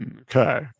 Okay